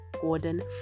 Gordon